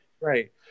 Right